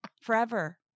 forever